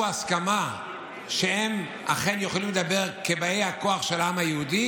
הסכמה שהם אכן יכולים לדבר כבאי הכוח של העם היהודי,